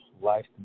life